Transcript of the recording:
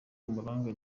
umuranga